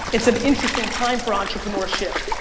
it's an interesting time for entrepreneurship.